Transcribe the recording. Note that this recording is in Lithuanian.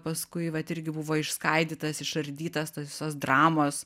paskui vat irgi buvo išskaidytas išardytas tos visos dramos